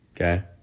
Okay